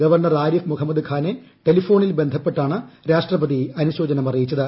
governor Arif Muhammad ഖാനെ ടെലഫോണിൽ ബന്ധപ്പെട്ടാണ് രാഷ്ട്രപതി അനുശോചനം അറിയിച്ചത്